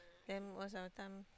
then once our time